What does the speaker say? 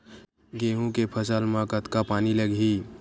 गेहूं के फसल म कतका पानी लगही?